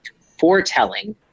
foretelling